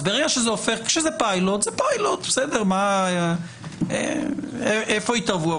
כשזה פיילוט זה פיילוט, בסדר, אבל איפה יתערבו?